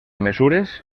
mesures